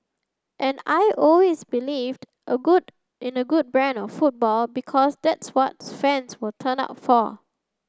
and I always believed a good in a good brand of football because that's what fans will turn up for